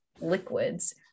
liquids